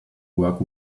work